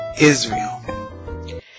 Israel